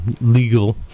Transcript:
legal